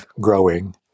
growing